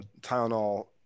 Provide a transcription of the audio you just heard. Tylenol